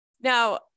Now